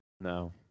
No